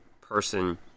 person